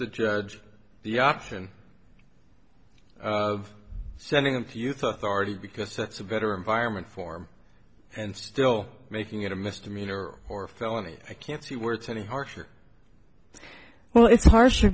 the judge the option of sending them to you thought already because that's a better environment form and still making it a misdemeanor or felony i can see where it's any harsher well it's harsher